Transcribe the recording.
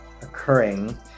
occurring